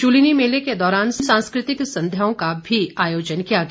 शूलिनी मेले के दौरान सांस्कृतिक संध्याओं का भी आयोजन किया गया